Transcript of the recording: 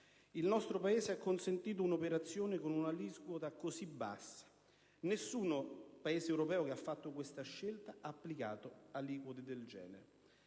Il nostro Paese ha consentito un'operazione con un'aliquota scandalosamente bassa: nessun Paese europeo che ha fatto questa scelta ha applicato aliquote del genere.